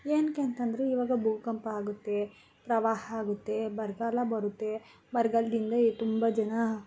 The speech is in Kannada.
ಏನಕ್ಕೆ ಅಂತಂದರೆ ಇವಾಗ ಭೂಕಂಪ ಆಗುತ್ತೆ ಪ್ರವಾಹ ಆಗುತ್ತೆ ಬರಗಾಲ ಬರುತ್ತೆ ಬರಗಾಲದಿಂದ ಈ ತುಂಬ ಜನ